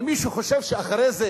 אבל מי שחושב שאחרי זה